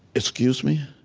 excuse me.